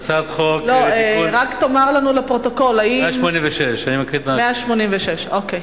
רק תאמר לנו לפרוטוקול, 186. 186, אוקיי.